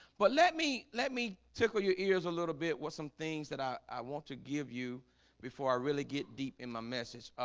but let me let me tickle your ears a little bit what some things that i i want to give you before i really get deep in my message